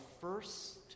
first